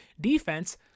defense